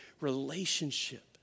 relationship